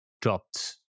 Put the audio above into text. dropped